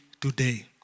today